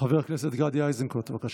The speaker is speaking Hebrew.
חבר הכנסת גדי איזנקוט, בבקשה.